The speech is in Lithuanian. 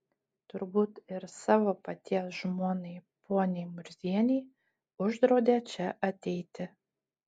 turbūt ir savo paties žmonai poniai murzienei uždraudė čia ateiti